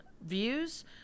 views